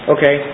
Okay